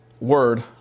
word